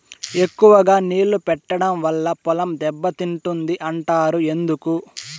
ఎక్కువగా నీళ్లు పెట్టడం వల్ల పొలం దెబ్బతింటుంది అంటారు ఎందుకు?